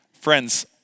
Friends